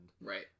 right